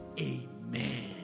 amen